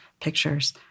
pictures